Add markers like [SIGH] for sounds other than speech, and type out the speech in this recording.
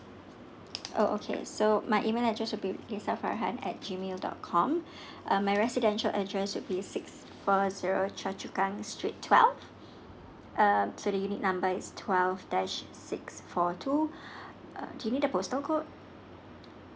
oh okay so my email address will be lisa farhan at G mail dot com [BREATH] um my residential address will be six four zero choa chu kang straight twelve uh so the unit number is twelve dash six four two uh you need the postal code